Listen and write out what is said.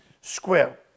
square